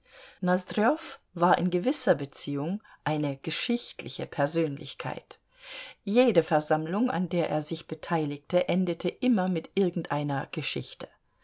war in gewisser beziehung eine geschichtliche persönlichkeit jede versammlung an der er sich beteiligte endete immer mit irgendeiner geschichte